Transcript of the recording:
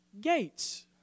gates